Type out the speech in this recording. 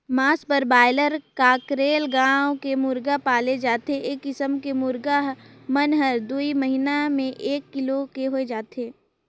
मांस बर broiler, cockerel नांव के मुरगा पाले जाथे ए किसम के मुरगा मन हर दूई महिना में एक किलो के होय जाथे